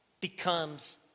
becomes